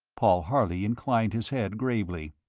paul harley inclined his head gravely.